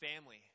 family